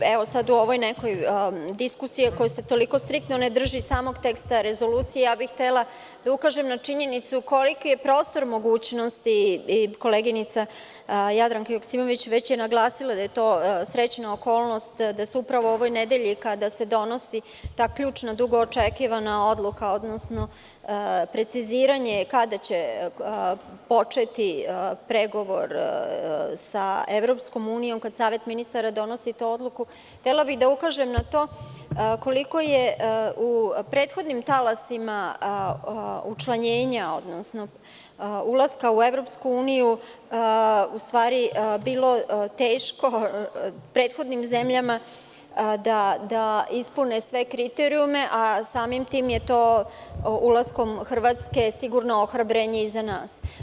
U ovoj nekoj diskusiji koja se toliko striktno ne drži samog teksta Rezolucije, ja bih htela da ukažem na činjenicu koliki je prostor mogućnosti, a koleginica Jadranka Joksimović već je naglasila da je to srećna okolnost da se upravo u ovoj nedelji kada se donosi ta ključna dugoočekivana odluka, odnosno preciziranje kada će početi pregovor sa EU, kad Savet ministara donosi tu odluku, htela bih da ukažem na to koliko je u prethodnim talasima učlanjenja odnosno ulaska u EU bilo teško prethodnim zemljama da ispune sve kriterijume, a samim tim je to ulaskom Hrvatske sigurno ohrabrenje i za nas.